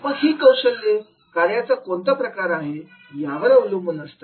मग ही कौशल्ये कार्याचा कोणता प्रकार आहे यावर अवलंबून असतात